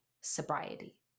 sobriety